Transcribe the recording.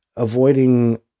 Avoiding